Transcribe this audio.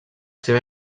seva